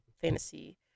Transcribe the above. fantasy